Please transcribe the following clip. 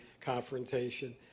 confrontation